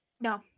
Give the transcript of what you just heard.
No